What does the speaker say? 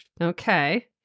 Okay